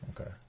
okay